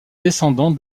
descendant